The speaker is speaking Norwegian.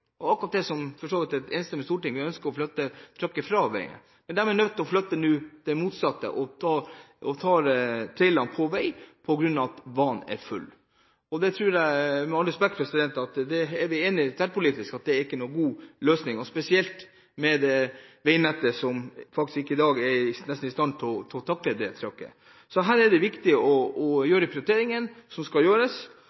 akkurat det et enstemmig Storting ønsker å flytte bort fra – veien. De er nå nødt til å flytte motsatt og tar trailerne på grunn av at banen er full. Det tror jeg med all respekt at vi er tverrpolitisk enig om ikke er noen god løsning – spesielt med et veinett som i dag faktisk nesten ikke er i stand til å takle det trykket. Her er det viktig å